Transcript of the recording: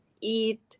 eat